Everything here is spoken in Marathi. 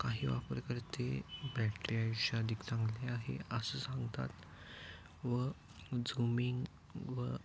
काही वापरकर्ते बॅटरी आयुष्य अधिकतम आहे असं सांगतात व झुमिंग व